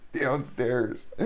downstairs